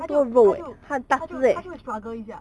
它就它就它就它就 struggle 一下